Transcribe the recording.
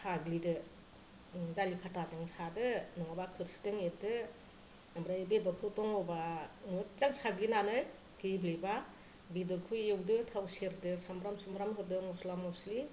साग्लिदो दालिखाथाजों सादो नङाब्ला खोस्लिजों एरदो ओमफ्राय बेदरफोर दङब्ला मोजां साग्लिनानै गेब्लेबा बेदरखौ एवदो थाव सेरदो सामब्राम सुमब्राम होदो मस्ला मस्लि